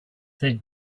they